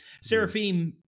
Seraphim